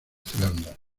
zelanda